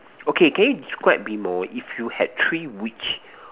okay can you describe a bit more if you had three wish